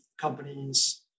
companies